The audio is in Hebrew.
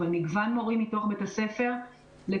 אבל מגוון מורים מתוך בית הספר לתלמידים.